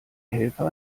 helfer